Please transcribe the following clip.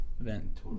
Event